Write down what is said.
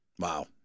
Wow